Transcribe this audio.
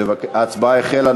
ההצבעה החלה.